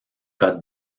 code